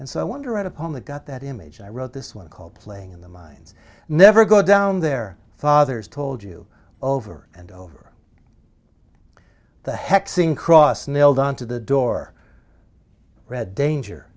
and so i wonder at a poem that got that image i wrote this one called playing in the mines never go down there fathers told you over and over the hexing cross nailed on to the door read danger